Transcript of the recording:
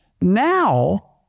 Now